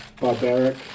barbaric